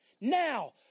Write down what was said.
now